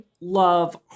love